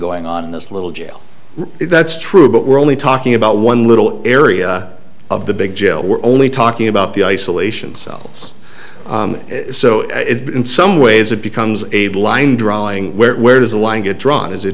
going on in this little jail if that's true but we're only talking about one little area of the big jail we're only talking about the isolation cells so in some ways it becomes a line drawing where where does the line get drawn is